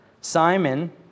Simon